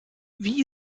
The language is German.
wie